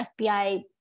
FBI